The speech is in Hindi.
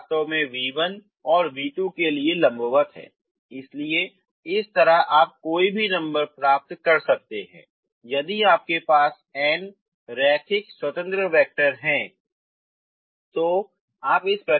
v3 वास्तव में v1 और v2 के लिए लंबवत है इसलिए इस तरह आप कोई भी नंबर प्राप्त कर सकते हैं यदि आपके पास n रैखिक स्वतंत्र वैक्टर हैं